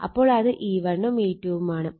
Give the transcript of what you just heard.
അപ്പോൾ അത് E1 ഉം E2 ഉം ആണ്